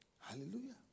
Hallelujah